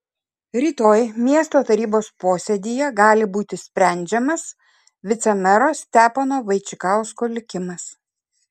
rytoj miesto tarybos posėdyje gali būti sprendžiamas vicemero stepono vaičikausko likimas